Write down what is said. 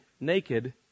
naked